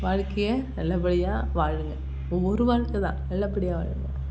வாழ்க்கையை நல்லபடியாக வாழுங்கள் ஓ ஒரு வாழ்க்கை தான் நல்லபடியாக வாழுங்கள்